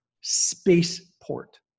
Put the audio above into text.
spaceport